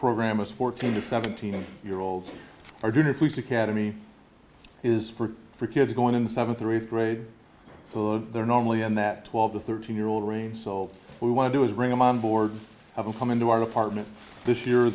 program us fourteen to seventeen year olds are doing if we can to me is for for kids going in seventh or eighth grade so they're normally in that twelve to thirteen year old range so we want to do is bring them on board have come into our apartment this year